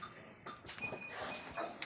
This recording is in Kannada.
ಕೃಷಿ ಹೊಂಡ ಮಾಡಿಸಲು ಎಷ್ಟು ಸಾಲ ಕೊಡ್ತಾರೆ?